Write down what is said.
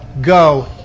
go